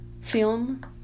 film